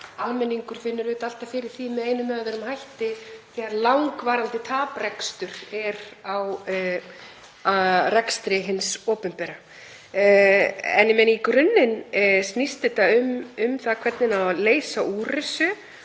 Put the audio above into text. almenningur finnur alltaf fyrir því með einum eða öðrum hætti þegar langvarandi taprekstur er á rekstri hins opinbera. En í grunninn snýst þetta um það hvernig á að leysa úr þessu